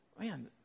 Man